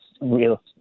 real